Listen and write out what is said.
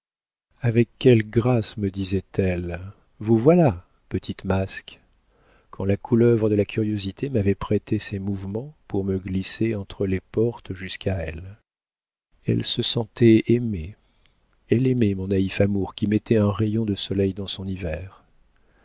avec quelle grâce me disait-elle vous voilà petite masque quand la couleuvre de la curiosité m'avait prêté ses mouvements pour me glisser entre les portes jusqu'à elle elle se sentait aimée elle aimait mon naïf amour qui mettait un rayon de soleil dans son hiver